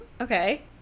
Okay